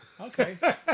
Okay